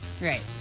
right